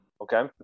okay